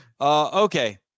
Okay